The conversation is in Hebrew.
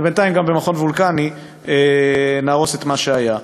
ובינתיים גם במכון וולקני נהרוס את מה שהיה.